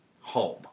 home